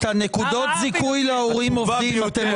מאריכים את נקודות הזיכוי להורים עובדים?